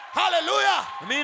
hallelujah